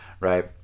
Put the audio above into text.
right